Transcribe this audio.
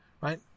right